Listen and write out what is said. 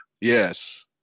Yes